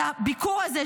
בביקור הזה,